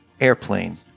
airplane